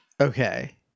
Okay